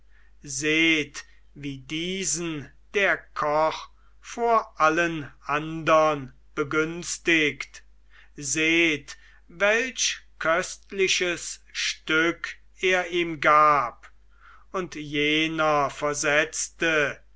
seht wie diesen der koch vor allen andern begünstigt seht welch köstliches stück er ihm gab und jener versetzte